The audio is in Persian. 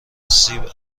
سیب